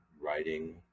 writing